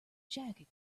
jacket